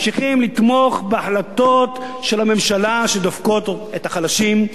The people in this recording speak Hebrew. ממשיכים לתמוך בהחלטות של הממשלה שדופקות את החלשים,